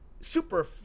super